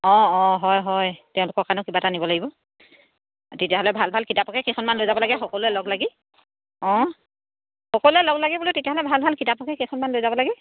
অঁ অঁ হয় হয় তেওঁলোকৰ কাৰণেও কিবা এটা নিব লাগিব তেতিয়াহ'লে ভাল ভাল কিতাপকে কেইখনমান লৈ যাব লাগে সকলোৱে লগ লাগি অঁ সকলোৱে লগ লাগে বোলো তেতিয়াহ'লে ভাল ভাল কিতাপকে কেইখনমান লৈ যাব লাগে